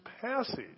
passage